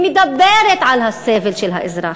היא מדברת על הסבל של האזרח,